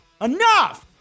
Enough